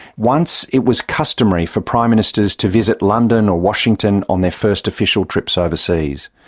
once it was customary for prime ministers to visit london or washington on their first official trips overseas.